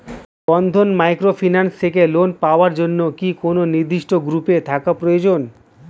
বন্ধন microfinance থেকে loan নেওয়ার জন্য কি কোন নির্দিষ্ট গ্রুপে থাকা প্রয়োজন?